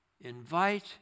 Invite